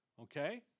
Okay